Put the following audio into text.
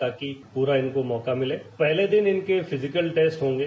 ताकि पूरा इनको मौका मिले पहले दिन इनके फिजिकल टेस्ट होंगे